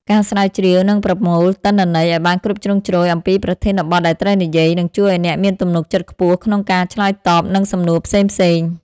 ការស្រាវជ្រាវ និងប្រមូលទិន្នន័យឱ្យបានគ្រប់ជ្រុងជ្រោយអំពីប្រធានបទដែលត្រូវនិយាយ នឹងជួយឱ្យអ្នកមានទំនុកចិត្តខ្ពស់ក្នុងការឆ្លើយតបនឹងសំណួរផ្សេងៗ។